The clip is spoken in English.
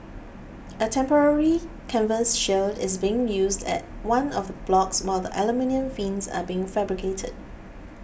a temporary canvas shield is being used at one of blocks while the aluminium fins are being fabricated